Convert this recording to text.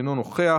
אינו נוכח,